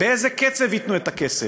באיזה קצב ייתנו את הכסף.